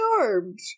armed